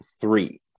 three